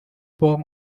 paw